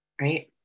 right